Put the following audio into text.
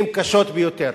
קשות ביותר,